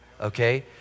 okay